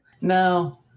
No